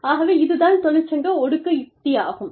ஆகவே இது தான் தொழிற்சங்க ஒடுக்க யுக்தியாகும்